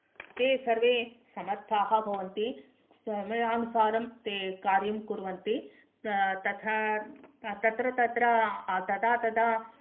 ते सर्वे समर्थाः भवन्ति समयानुसारं ते कार्यं कुर्वन्ति तथा तत्र तत्र तदा तदा